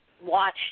watch